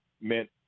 meant